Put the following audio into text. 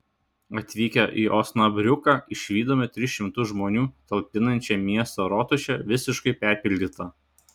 atvykę į osnabriuką išvydome tris šimtus žmonių talpinančią miesto rotušę visiškai perpildytą